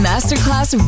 Masterclass